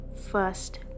first